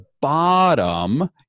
bottom